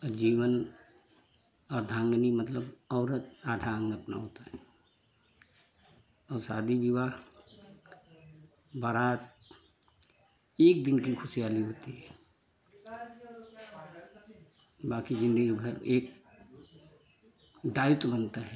आजीवन अर्धांगिनी मतलब औरत आधा अंग अपना होता है और शादी विवाह एक दिन की खुशहाली होती है बाकी जिंदगी भर एक दायित्व बनता है